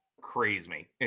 crazy